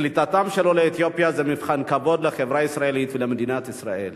וקליטתם של עולי אתיופיה זה מבחן כבוד לחברה הישראלית ולמדינת ישראל.